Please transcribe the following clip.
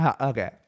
Okay